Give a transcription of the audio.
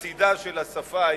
לעתידה של השפה העברית,